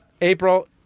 April